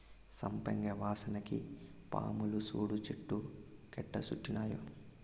సంపెంగ వాసనకి పాములు సూడు చెట్టు కెట్టా సుట్టినాయో